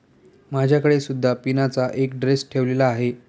माझ्याकडे सुद्धा पिनाचा एक ड्रेस ठेवलेला आहे